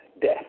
death